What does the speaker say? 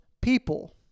people